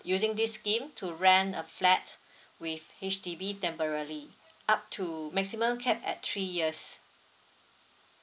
using this scheme to rent a flat with H_D_B temporary up to maximum cap at three years